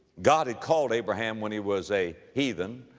god had called abraham when he was a heathen,